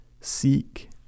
Seek